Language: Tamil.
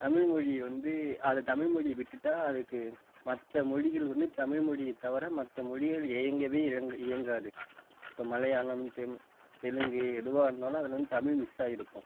தமிழ் மொழியை வந்து அதை தமிழ் மொழியை விட்டுவிட்டா அதுக்கு மற்ற மொழிகள் வந்து தமிழ் மொழியே தவிர மற்ற மொழிகள் இயங்கவே இலங் இயங்காது இப்போ மலையாளம் தெலு தெலுங்கு எதுவாயிருந்தாலும் அதில் வந்து தமிழ் மிஸ்சாயிருக்கும்